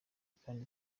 kandi